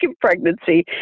pregnancy